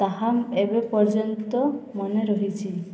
ତାହା ଏବେ ପର୍ଯ୍ୟନ୍ତ ମନେ ରହିଛି